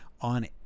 on